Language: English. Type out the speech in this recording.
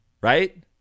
right